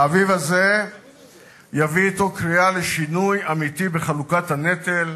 האביב הזה יביא אתו קריאה לשינוי אמיתי בחלוקת הנטל,